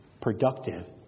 productive